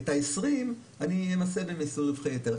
את ה-20 אני אמסה במיסוי רווחי יתר.